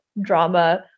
drama